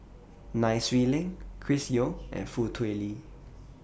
Nai Swee Leng Chris Yeo and Foo Tui Liew